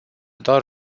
doar